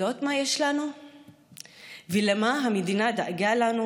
יודעות מה יש לנו ולמה המדינה דאגה לנו?